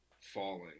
falling